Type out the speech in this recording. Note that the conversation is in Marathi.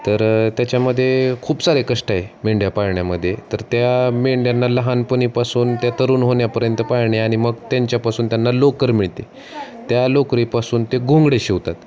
तरं त्याच्यामध्ये खूप सारे कष्ट आहेत मेंढ्या पाळण्यामध्ये तर त्या मेंढ्यांना लहानपणीपासून त्या तरुण होण्यापर्यंत पाळणे आणि मग त्यांच्यापासून त्यांना लोकर मिळते त्या लोकरीपासून ते घोंगडे शिवतात